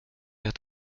mehr